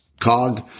cog